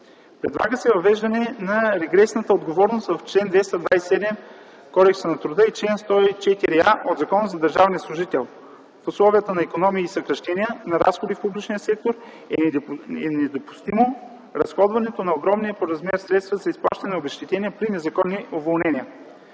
Предлага са въвеждане на регресната отговорност в чл. 227 от Кодекса на труда и чл. 104а от Закона за държавния служител. В условията на икономии и съкращаване на разходи в публичния сектор е недопустимо разходването на огромни по размер средства за изплащане на обезщетения при незаконни уволнения.